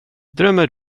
drömmer